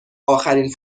آخرین